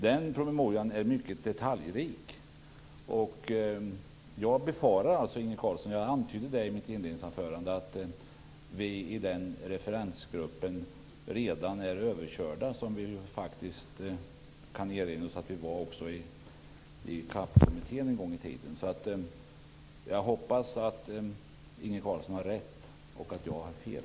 Den promemorian är mycket detaljrik, och som jag antydde i mitt inledningsanförande befarar jag, Inge Carlsson, att vi i den referensgruppen redan är överkörda. Vi kan erinra oss att vi faktiskt också var det en gång i tiden i CAP kommittén. Jag hoppas att Inge Carlsson har rätt och att jag har fel.